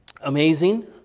amazing